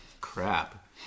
crap